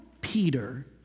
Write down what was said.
Peter